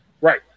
Right